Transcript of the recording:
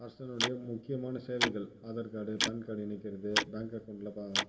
அரசனுடைய முக்கியமானச் சேவைகள் ஆதார் கார்டு பேன் கார்டு இணைக்கிறது பேங்க் அகௌண்ட்டில்